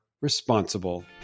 responsible